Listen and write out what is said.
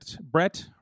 Brett